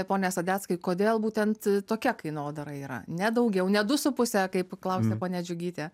pone sadeckai kodėl būtent tokia kainodara yra ne daugiau ne du su puse kaip klausė ponia džiugytė